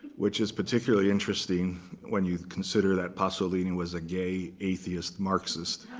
which is particularly interesting when you consider that pasolini was a gay, atheist marxist,